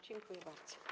Dziękuję bardzo.